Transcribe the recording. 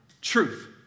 truth